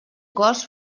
cos